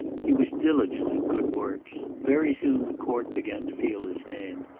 he was diligent in good works. very soon the court began to feel his hand.